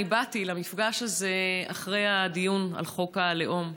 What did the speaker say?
אני באתי למפגש הזה אחרי הדיון על חוק הלאום,